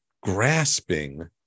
grasping